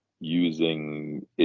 using